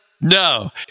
No